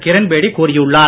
கிரண்பேடி கூறியுள்ளார்